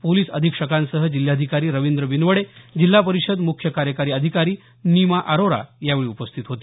police अधीक्षकांसह जिल्हाधिकारी रविंद्र बिनवडे जिल्हा परिषद मुख्य कार्यकारी अधिकारी नीमा अरोरा यावेळी उपस्थित होते